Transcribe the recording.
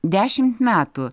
dešimt metų